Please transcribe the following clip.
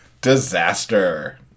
Disaster